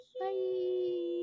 Bye